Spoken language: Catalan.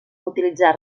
utilitzar